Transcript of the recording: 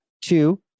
Two